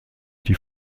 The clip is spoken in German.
die